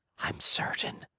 i'm certain!